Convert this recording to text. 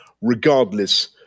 regardless